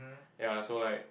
ya so like